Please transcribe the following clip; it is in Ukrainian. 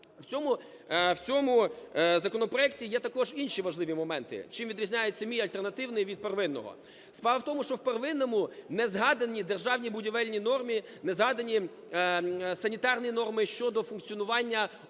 в цьому законопроекті є також інші важливі моменти, чим відрізняється мій альтернативний від первинного. Справа в тому, що в первинному не згадані державні будівельні норми, не згадані санітарні норми щодо функціонування офісів,